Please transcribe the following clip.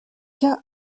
cas